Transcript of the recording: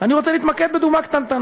אני רוצה להתמקד בדוגמה קטנטנה.